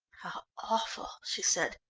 awful, she said.